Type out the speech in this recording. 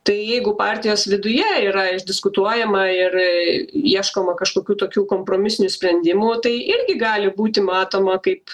tai jeigu partijos viduje yra išdiskutuojama ir ieškoma kažkokių tokių kompromisinių sprendimų tai irgi gali būti matoma kaip